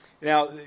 Now